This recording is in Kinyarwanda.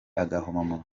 agahomamunwa